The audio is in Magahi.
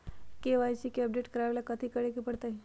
के.वाई.सी के अपडेट करवावेला कथि करें के परतई?